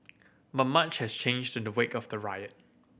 but much has changed in the wake of the riot